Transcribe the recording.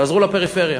תעזרו לפריפריה.